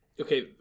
Okay